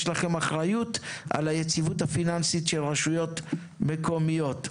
יש לכם אחריות על היציבות הפיננסית של רשויות מקומיות.